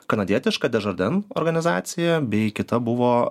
kanadietiška dežaden organizacija bei kita buvo